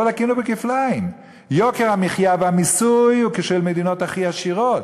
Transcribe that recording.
פה לקינו כפליים: יוקר המחיה והמיסוי הוא כשל מדינות הכי עשירות,